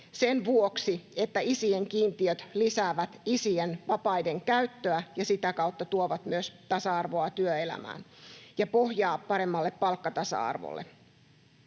sen vuoksi, että isien kiintiöt lisäävät isien vapaiden käyttöä ja sitä kautta tuovat myös tasa-arvoa työelämään ja pohjaa paremmalle palkkatasa-arvolle.